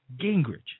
Gingrich